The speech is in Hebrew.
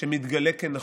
שמתגלה כנכון.